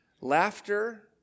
laughter